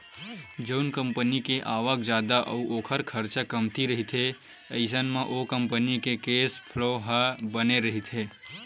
जउन कंपनी के आवक जादा अउ ओखर खरचा कमती रहिथे अइसन म ओ कंपनी के केस फ्लो ह बने रहिथे